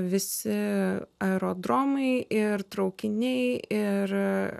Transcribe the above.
visi aerodromai ir traukiniai ir